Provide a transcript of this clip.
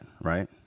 Right